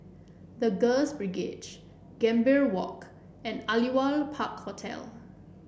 The Girls Brigade Gambir Walk and Aliwal Park Hotel